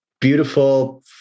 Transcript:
beautiful